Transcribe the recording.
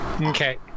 okay